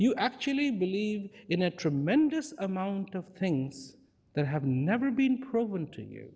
you actually believe in a tremendous amount of things that have never been proven to